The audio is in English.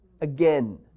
again